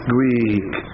Greek